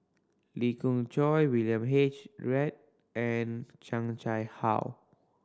Lee Khoon Choy William H Read and Chan Chang How